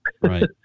Right